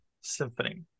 Symphony